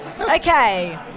Okay